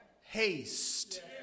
haste